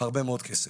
הרבה מאוד כסף.